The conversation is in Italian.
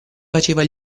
faceva